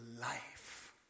life